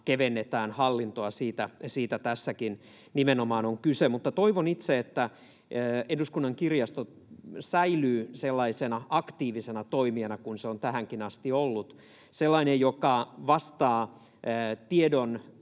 kevennetään hallintoa, siitä tässäkin nimenomaan on kyse. Mutta toivon itse, että Eduskunnan kirjasto säilyy sellaisena aktiivisena toimijana kuin se on tähänkin asti ollut: sellainen, joka vastaa tiedon